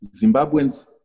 Zimbabweans